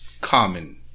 Common